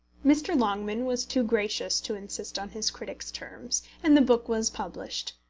mr. longman was too gracious to insist on his critic's terms and the book was published,